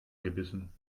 gebissen